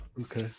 okay